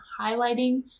highlighting